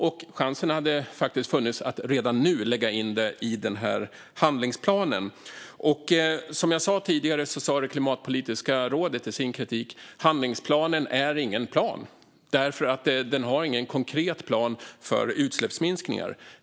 Man hade faktiskt redan nu kunnat lägga in förslaget i handlingsplanen. Som jag tidigare tog upp sa Klimatpolitiska rådet i sin kritik att handlingsplanen inte är någon plan. Den har ingen konkret plan för utsläppsminskningar.